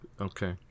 Okay